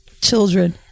children